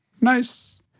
nice